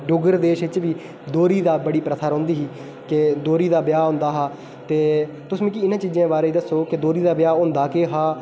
डुग्गर देश च बी दोह्री दा बड़ी प्रथा रौह्ंदी ही के दोह्री दा ब्याह् होंदा हा तुस मिगी इ'नें चीज़े बारे च दस्सो दोह्री दा ब्याह् होंदा केह् हा